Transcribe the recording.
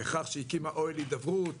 בכך שהיא הקימה אוהל הידברות,